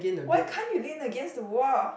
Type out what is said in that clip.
why can't you lean against the wall